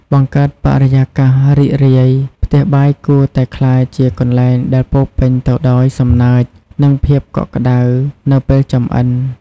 បង្កើតបរិយាកាសរីករាយ ផ្ទះបាយគួរតែក្លាយជាកន្លែងដែលពោរពេញទៅដោយសំណើច និងភាពកក់ក្ដៅនៅពេលចម្អិន ។